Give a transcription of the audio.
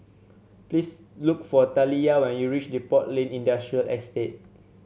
please look for Taliyah when you reach Depot Lane Industrial Estate